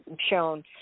shown